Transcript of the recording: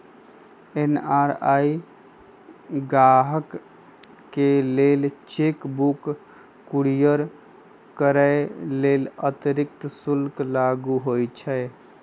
NRI गाहकके लेल cheque book courier करय लेल अतिरिक्त शुल्क लागू होइ छइ